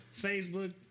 Facebook